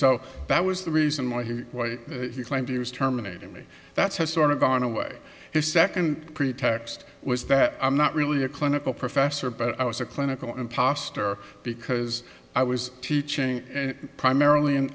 so that was the reason why he claimed he was terminating me that's his sort of gone away his second pretext was that i'm not really a clinical professor but i was a clinical and pastor because i was teaching primarily